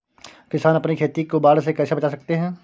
किसान अपनी खेती को बाढ़ से कैसे बचा सकते हैं?